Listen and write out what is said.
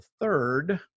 third